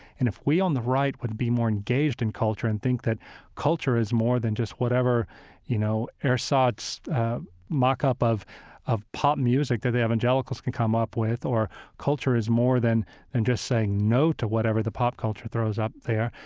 and if we on the right would be more engaged in culture and think that culture is more than just whatever you know ersatz mock-up of of pop music that the evangelicals can come up with or culture is more than and just saying no to whatever the pop culture throws up there,